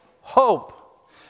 hope